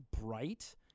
bright